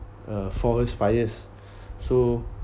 a forest fires so